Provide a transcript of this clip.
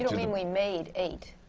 mean we made eight.